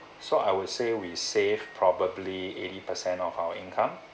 so I would say we save probably eighty percent of our income